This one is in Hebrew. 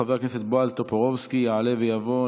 חבר הכנסת בועז טופורובסקי יעלה ויבוא.